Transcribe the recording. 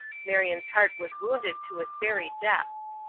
marion's heart was wounded to its very depths.